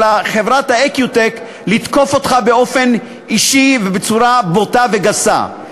חברת "איקיוטק" לתקוף אותך באופן אישי ובצורה בוטה וגסה.